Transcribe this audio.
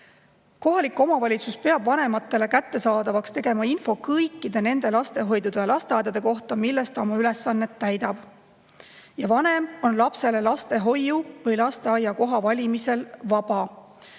Kohalik omavalitsus peab vanematele kättesaadavaks tegema info kõikide nende lastehoidude ja lasteaedade kohta, milles ta oma ülesannet täidab. Ja vanem on lapsele lastehoiu‑ või lasteaiakoha valimisel vaba.